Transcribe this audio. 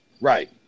right